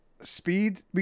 Speed